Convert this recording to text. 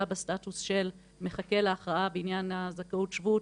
בסטטוס של מחכה להכרעה בעניין הזכאות שבות,